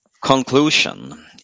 conclusion